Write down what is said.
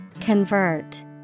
Convert